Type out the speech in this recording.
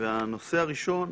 והנושא הראשון,